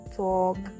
talk